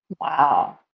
Wow